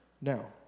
now